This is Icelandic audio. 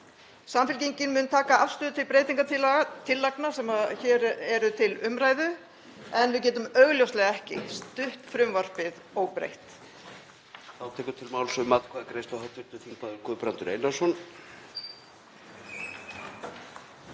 Samfylkingin mun taka afstöðu til breytingartillagna sem hér eru til umræðu en við getum augljóslega ekki stutt frumvarpið óbreytt.